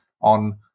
on